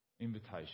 invitation